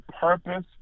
purpose